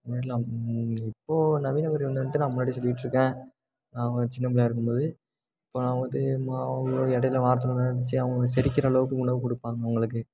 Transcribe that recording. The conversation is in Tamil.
முன்னாடியெலாம் இப்போது நவீன முறை வந்துன்ட்டு நான் முன்னாடியே சொல்லியிட்ருக்கேன் நாங்கள் சின்னப் பிள்ளையா இருக்கும் போது இப்போ நான் வந்து மாவு இடையில வாரத்தில் ஒரு நாள் நிச்சயம் அவங்க செரிக்கிற அளவுக்கு உணவு கொடுப்பாங்க அவங்களுக்கு